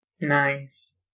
Nice